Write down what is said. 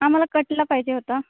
आम्हाला कटला पाहिजे होता